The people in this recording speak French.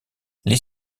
les